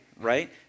right